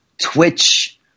twitch